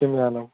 किं यानम्